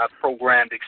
programmed